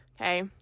okay